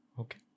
Okay